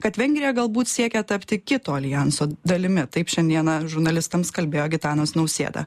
kad vengrija galbūt siekia tapti kito aljanso dalimi taip šiandieną žurnalistams kalbėjo gitanas nausėda